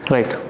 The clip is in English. Right